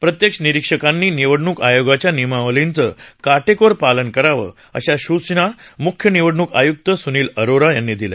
प्रत्येक निरीक्षकांनी निवडणूक आयोगाच्या नियमावलीचं काटेकोर पालन करावं अशा सूचना मुख्य निवडणूक आयुक्त सुनील अरोरा यांनी दिल्या